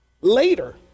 Later